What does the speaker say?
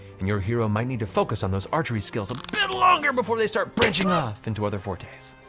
and your hero might need to focus on those archery skills bit longer before they start bridging off into other fortes.